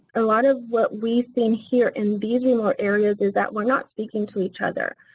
a lot of what we've seen here in these remote areas is that we're not speaking to each other.